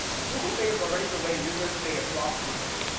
and google pay is already the way users pay cross google,